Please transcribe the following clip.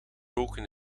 roken